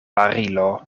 barilo